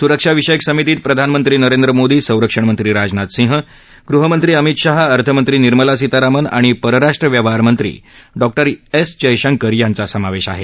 सुरक्षाविषयक समितीत प्रधानमंत्री नरेंद्र मोदी संरक्षणमंत्री राजनाथ सिंग गृहमंत्री अमित शहा अर्थमंत्री निर्मला सीतारामन आणि परराष्ट्र व्यवहारमंत्री डॉ एस जयशंकर यांचा समावेश आहे